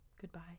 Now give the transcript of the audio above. Goodbye